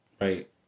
Right